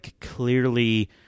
clearly